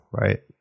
right